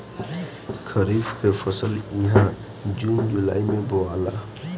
खरीफ के फसल इहा जून जुलाई में बोआला